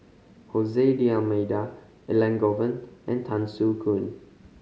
Hose D'Almeida Elangovan and Tan Soo Khoon